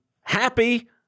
happy